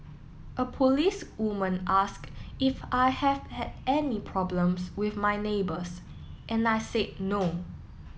a policewoman asked if I have had any problems with my neighbours and I said no